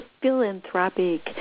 philanthropic